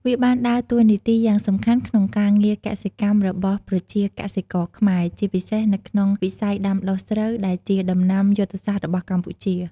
វាបានដើរតួនាទីយ៉ាងសំខាន់ក្នុងការងារកសិកម្មរបស់ប្រជាកសិករខ្មែរ ជាពិសេសនៅក្នុងវិស័យដាំដុះស្រូវ ដែលជាដំណាំយុទ្ធសាស្ត្ររបស់កម្ពុជា។